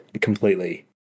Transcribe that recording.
completely